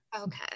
Okay